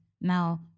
now